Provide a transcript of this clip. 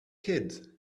kids